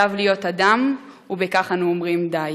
עליו להיות אדם ובכך אנו אומרים די".